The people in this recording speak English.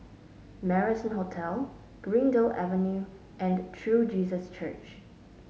Marrison Hotel Greendale Avenue and True Jesus Church